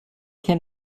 can